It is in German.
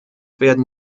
werden